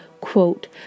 quote